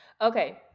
Okay